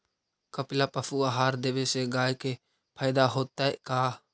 कपिला पशु आहार देवे से गाय के फायदा होतै का?